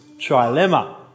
trilemma